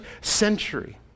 century